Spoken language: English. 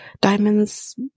diamonds